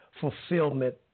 fulfillment